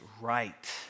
right